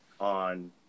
on